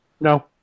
No